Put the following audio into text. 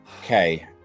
Okay